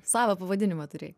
savą pavadinimą turėjai